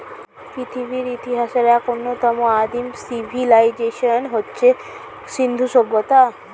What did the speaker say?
পৃথিবীর ইতিহাসের এক অন্যতম আদিম সিভিলাইজেশন হচ্ছে সিন্ধু সভ্যতা